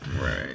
Right